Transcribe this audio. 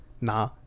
na